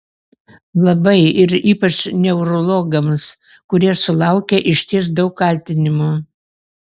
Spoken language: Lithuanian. labai ir ypač neurologams kurie sulaukia išties daug kaltinimų